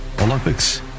Olympics